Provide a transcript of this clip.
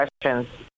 questions